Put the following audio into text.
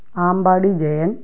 Pampady Jayan